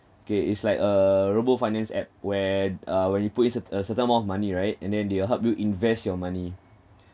okay it's like a robo finance app where uh when you put in cer~ a certain amount of money right and then they will help you invest your money